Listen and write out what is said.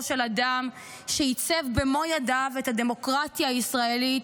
של אדם שעיצב במו ידיו את הדמוקרטיה הישראלית,